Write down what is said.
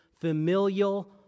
familial